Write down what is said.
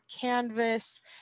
Canvas